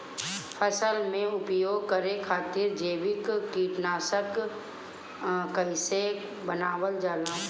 फसल में उपयोग करे खातिर जैविक कीटनाशक कइसे बनावल जाला?